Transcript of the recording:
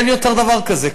אין יותר דבר כזה.